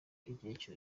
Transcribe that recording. igihe